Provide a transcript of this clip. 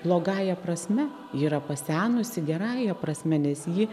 blogąja prasme yra pasenusi gerąja prasme nes ji